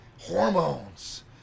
Hormones